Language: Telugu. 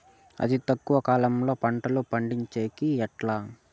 అతి తక్కువ కాలంలో పంటలు పండించేకి ఎట్లా?